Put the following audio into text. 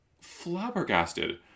flabbergasted